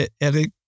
Eric